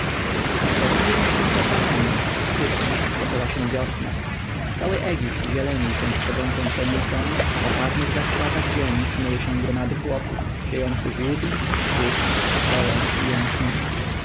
w połowie miesiąca famenut styczeń zaczęła się wiosna cały egipt zielenił się wschodzącą pszenicą na czarnych zaś płatach ziemi snuły się gromady chłopów siejących łubin bób fasolę i